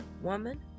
Woman